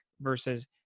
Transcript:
versus